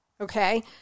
okay